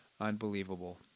Unbelievable